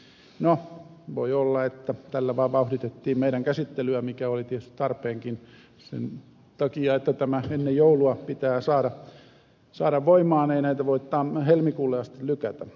no voi olla että tällä vaan vauhditettiin meidän käsittelyämme mikä oli tietysti tarpeenkin sen takia että tämä ennen joulua pitää saada voimaan ei näitä voi helmikuulle asti lykätä